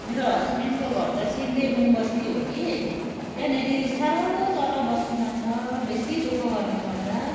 मेरो हस्बेन्डको घर त सिन्देबुङ बस्ती हो कि त्यहाँनेरि साह्रो तल बस्तीमा छ बेसी दु ख गर्नुपर्छ